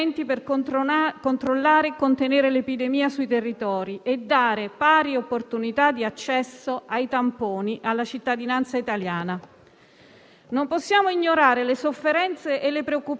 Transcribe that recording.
Non possiamo ignorare le sofferenze e le preoccupazioni di tanti, troppi concittadini, ancora oggi bloccati a casa a causa della mancanza dell'esecuzione di un tampone in tempi rapidi